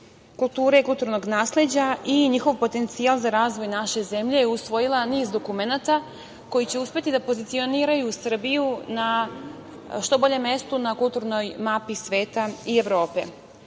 kulture i kulturnog nasleđa i njihov potencijal za razvoj naše zemlje usvojila niz dokumenata koji će uspeti da pozicioniraju Srbiju na što bolje mesto na kulturnoj mapi sveta i Evrope. Ponosni